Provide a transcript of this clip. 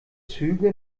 züge